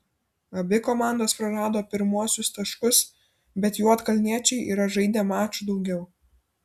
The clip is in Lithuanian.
abi komandos prarado pirmuosius taškus bet juodkalniečiai yra žaidę maču daugiau